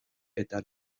eta